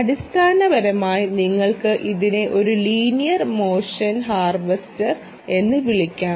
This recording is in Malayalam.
അടിസ്ഥാനപരമായി നിങ്ങൾക്ക് ഇതിനെ ഒരു ലീനിയർ മോഷൻ ഹാർവെസ്റ്റർ എന്ന് വിളിക്കാം